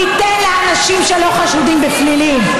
ניתן לאנשים שלא חשודים בפלילים.